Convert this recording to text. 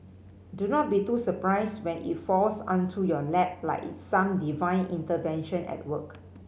do not be too surprised when it falls onto your lap like it's some divine intervention at work